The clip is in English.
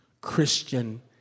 Christian